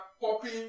popping